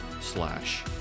slash